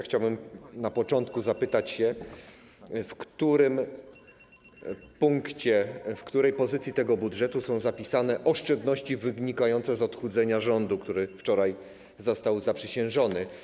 Chciałbym na początku zapytać, w którym punkcie, w której pozycji tego budżetu są zapisane oszczędności wynikające z odchudzenia rządu, który wczoraj został zaprzysiężony.